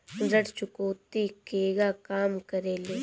ऋण चुकौती केगा काम करेले?